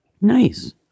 Nice